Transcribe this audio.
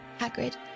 Hagrid